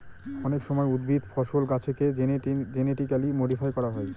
অনেক সময় উদ্ভিদ, ফসল, গাছেকে জেনেটিক্যালি মডিফাই করা হয়